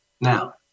Now